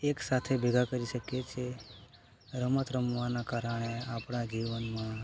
એક સાથે ભેગા કરી શકીએ છીએ રમત રમવાના કારણે આપણા જીવનમાં